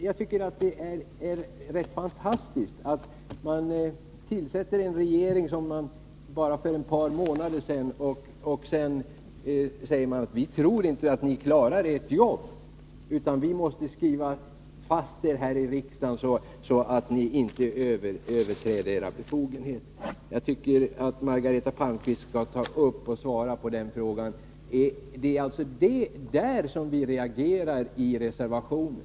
Jag tycker att det är rätt fantastiskt att man till en regering som man tillsatt för bara ett par månader sedan säger: Vi tror inte att ni klarar ert jobb. Vi måste skriva fast er här i riksdagen så att ni inte överträder era befogenheter. Jag tycker att Margareta Palmqvist skall ta upp och klargöra denna del av frågan. Det är mot detta vi reagerar i reservationen.